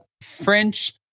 French